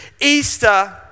Easter